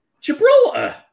Gibraltar